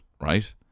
right